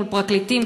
מול פרקליטים,